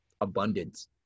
abundance